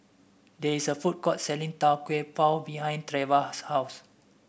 there is a food court selling Tau Kwa Pau behind Treva's house